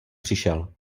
přišel